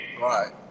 Right